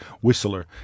whistler